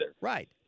Right